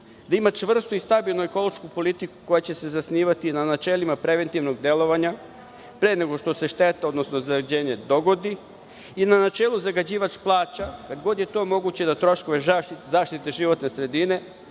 da ima čvrstu i stabilnu ekološku politiku koja će se zasnivati na načelima preventivnog delovanja, pre nego što se šteta odnosno zagađenje dogodi i na načelu – zagađivač plaća, kad god je to moguće, da troškove zaštite životne sredine